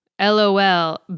lol